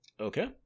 Okay